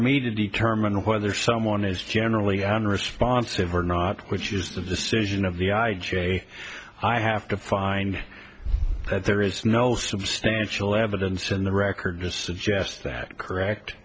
me to determine whether someone is generally on responsive or not which is the decision of the i j a i have to find that there is no substantial evidence in the record to suggest that correct